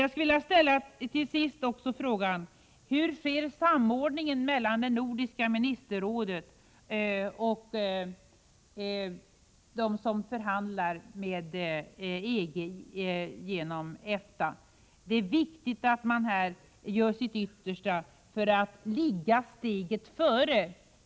Jag skulle till sist också vilja ställa frågan: Hur sker samordningen mellan det nordiska ministerrådet och dem som förhandlar med EG genom EFTA? Det är viktigt att de här gör sitt yttersta för att ligga steget före.